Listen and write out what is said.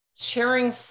sharing